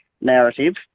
narrative